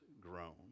grown